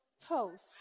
toast